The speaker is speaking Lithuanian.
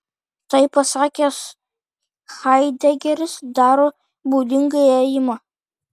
tai pasakęs haidegeris daro būdingą ėjimą